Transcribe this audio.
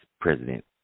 president